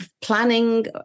planning